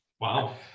Wow